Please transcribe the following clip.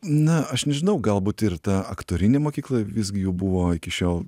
na aš nežinau galbūt ir ta aktorinė mokykla visgi jų buvo iki šiol